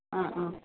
অঁ অঁ